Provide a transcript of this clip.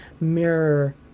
mirror